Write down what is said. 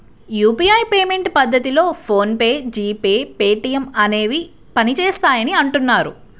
UPI payment పద్ధతిలో PhonePe, G Pay, Paytm అనేవి పనిచేస్తాయని అంటున్నారు